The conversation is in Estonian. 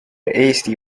eesti